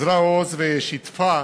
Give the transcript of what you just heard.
אזרה עוז ושיתפה